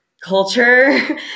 culture